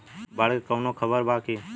बाढ़ के कवनों खबर बा की?